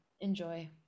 Enjoy